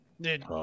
Dude